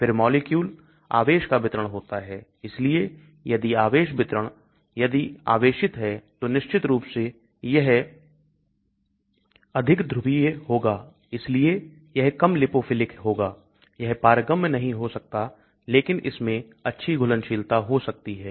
फिर मॉलिक्यूल आवेश का वितरण होता है इसलिए यदि आवेश वितरण यदि आवेशित है तो निश्चित रूप से यह अधिक ध्रुवीय होगा इसलिए यह कम लिपोफिलिक होगा यह पारगम्य नहीं हो सकता है लेकिन इसमें अच्छी घुलनशीलता हो सकती है